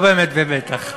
לא באמת במתח.